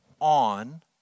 on